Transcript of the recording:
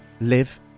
live